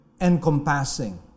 encompassing